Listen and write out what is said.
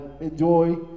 enjoy